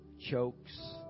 Chokes